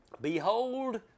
Behold